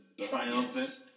triumphant